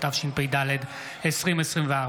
התשפ"ד 2024,